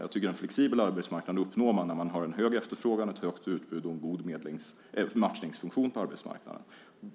Jag tycker att man uppnår en flexibel arbetsmarknad när man har en hög efterfrågan, ett högt utbud och en god matchningsfunktion på arbetsmarknaden.